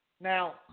Now